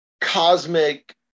cosmic